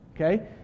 okay